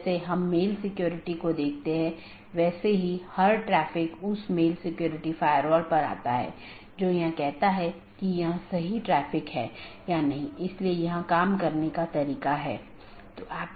अगर जानकारी में कोई परिवर्तन होता है या रीचचबिलिटी की जानकारी को अपडेट करते हैं तो अपडेट संदेश में साथियों के बीच इसका आदान प्रदान होता है